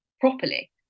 properly